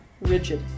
rigid